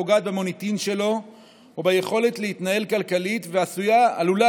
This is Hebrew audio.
פוגעת במוניטין שלו וביכולת להתנהל כלכלית ועלולה